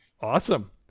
Awesome